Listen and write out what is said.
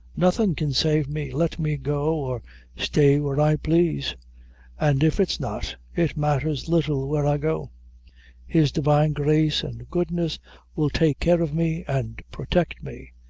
nothing can save me, let me go or stay where i plaise and if it's not, it matthers little where i go his divine grace and goodness will take care of me and protect me.